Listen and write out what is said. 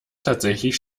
tatsächlich